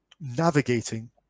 navigating